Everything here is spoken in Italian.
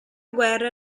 guerra